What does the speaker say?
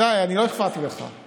די, אני לא הפרעתי לך,